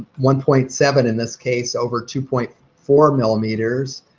one point seven in this case over two point four millimeters.